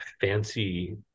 fancy